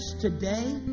today